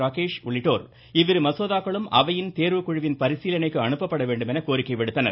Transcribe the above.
ராகேஷ் உள்ளிட்டோர் இவ்விரு மசோதாக்களும் அவையின் தேர்வுக்குழுவின் பரிசீலனைக்கு அனுப்பப்பட வேண்டுமென கோரிக்கை விடுத்தனர்